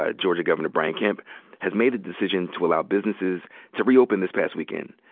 ah georgia governor brian kemp has made a decision to allow businesses to reopen this past weekend.